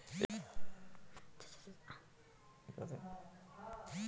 ए बिया के बोए खातिर खेत मे ढेरे खाद अउर पानी देवे के पड़ेला